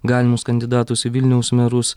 galimus kandidatus į vilniaus merus